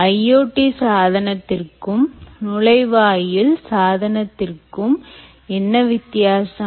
IoT சாதனத்திற்கும் நுழைவாயில் சாதத்திற்கும் என்ன வித்தியாசம்